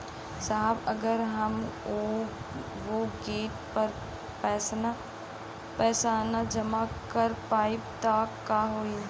साहब अगर हम ओ देट पर पैसाना जमा कर पाइब त का होइ?